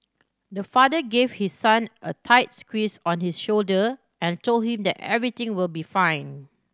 the father gave his son a tight squeeze on his shoulder and told him that everything will be fine